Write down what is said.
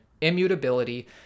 immutability